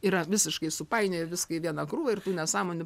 yra visiškai supainioja viską į vieną krūvą ir tai nesąmonė